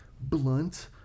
blunt